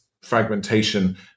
fragmentation